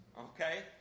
Okay